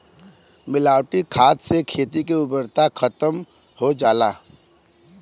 मिलावटी खाद से खेती के उर्वरता खतम हो जाला